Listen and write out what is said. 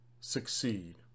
succeed